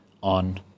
on